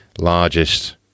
largest